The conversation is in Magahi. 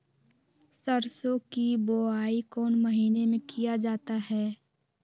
सरसो की बोआई कौन महीने में किया जाता है?